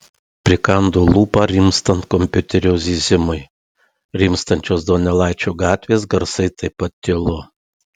prikando lūpą rimstant kompiuterio zyzimui rimstančios donelaičio gatvės garsai taip pat tilo